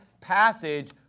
passage